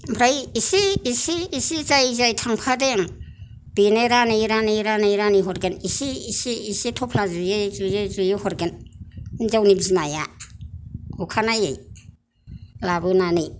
ओमफ्राय एसे एसे एसे जाय जाय थांफादों बेनो रानै रानै रानै रानै हरगोन एसे एसे एसे थफ्ला जुयै जुयै जुयै हरगोन हिनजावनि बिमाया अखानायै लाबोनानै